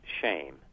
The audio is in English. shame